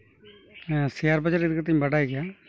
ᱦᱮᱸ ᱥᱮᱭᱟᱨ ᱵᱟᱡᱟᱨ ᱤᱫᱤ ᱠᱟᱛᱮᱫ ᱤᱧ ᱵᱟᱰᱟᱭ ᱜᱮᱭᱟ